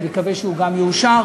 ואני מקווה שהוא גם יאושר.